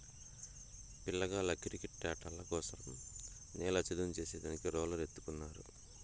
పిల్లగాళ్ళ కిరికెట్టాటల కోసరం నేల చదును చేసే దానికి రోలర్ ఎత్తుకున్నారు